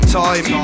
time